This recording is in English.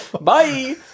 Bye